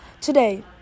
today